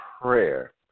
prayer